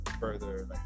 further